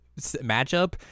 matchup